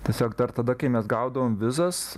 tiesiog dar tada kai mes gaudavom vizas